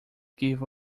gave